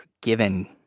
given